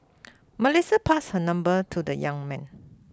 Melissa passed her number to the young man